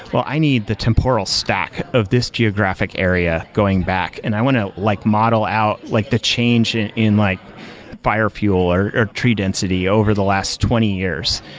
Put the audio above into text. well, i need the temporal stack of this geographic area going back. and i want to like model out like the change in in like fire fuel, or or tree density over the last twenty years.